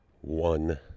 one